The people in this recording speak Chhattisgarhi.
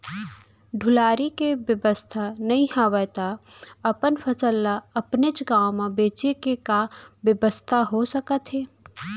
ढुलाई के बेवस्था नई हवय ता अपन फसल ला अपनेच गांव मा बेचे के का बेवस्था हो सकत हे?